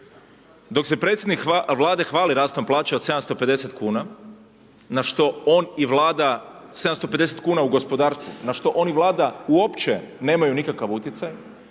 Dok se predsjednik Vlade hvali rastom plaća od 750 kuna, na što on i Vlada, 750 kuna u